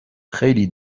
خیلی